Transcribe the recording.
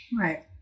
Right